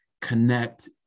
connect